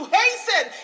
hasten